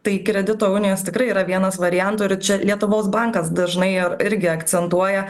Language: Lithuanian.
tai kredito unijos tikrai yra vienas variantų ir čia lietuvos bankas dažnai ar irgi akcentuoja